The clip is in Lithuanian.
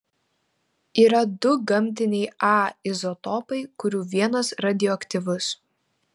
yra du gamtiniai a izotopai kurių vienas radioaktyvus